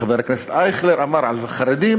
חבר הכנסת אייכלר אמר על חרדים